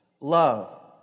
Love